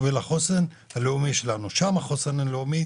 החוסן הלאומי,